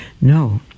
no